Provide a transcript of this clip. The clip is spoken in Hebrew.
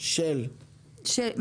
לא